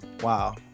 Wow